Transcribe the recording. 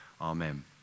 amen